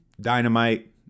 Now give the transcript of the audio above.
dynamite